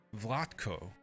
Vlatko